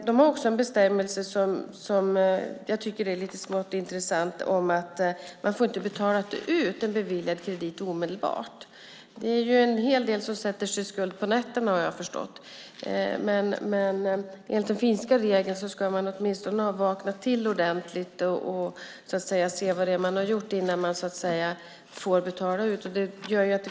De har också en bestämmelse som jag tycker är smått intressant, nämligen att man inte får betala ut en beviljad kredit omedelbart. Jag har förstått att det finns en hel del som sätter sig i skuld på nätterna. Enligt den finska regeln ska man åtminstone ha vaknat till ordentligt och insett vad man gjort innan pengarna får betalas ut.